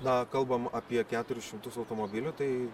na kalbam apie keturis šimtus automobilių tai